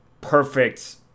perfect